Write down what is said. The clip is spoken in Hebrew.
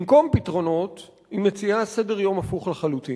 במקום פתרונות היא מציעה סדר-יום הפוך לחלוטין.